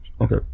Okay